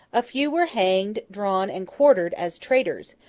a few were hanged, drawn, and quartered, as traitors,